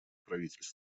правительства